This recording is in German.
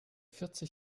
vierzig